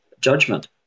judgment